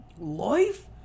Life